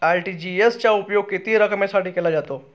RTGS चा उपयोग किती रकमेसाठी केला जातो?